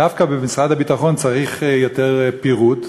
ודווקא במשרד הביטחון צריך יותר פירוט.